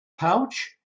pouch